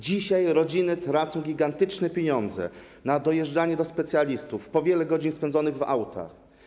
Dzisiaj rodziny tracą gigantyczne pieniądze na dojeżdżanie do specjalistów i wiele godzin spędzają w autach.